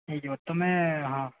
ହେଇଯିବ ତୁମେ ହଁ